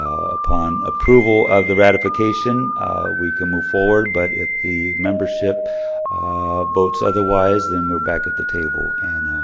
upon approval of the ratification we can move forward, but if the membership votes otherwise, then we're back at the table.